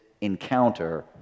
encounter